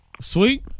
Sweet